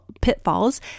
pitfalls